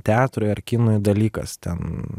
teatrui ar kinui dalykas ten